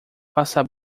faça